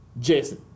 Jason